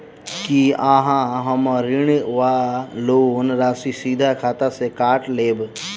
की अहाँ हम्मर ऋण वा लोन राशि सीधा खाता सँ काटि लेबऽ?